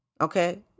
Okay